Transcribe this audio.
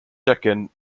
second